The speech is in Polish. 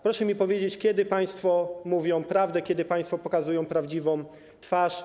Proszę mi powiedzieć, kiedy państwo mówią prawdę, kiedy państwo pokazują prawdziwą twarz.